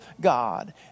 God